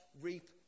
reap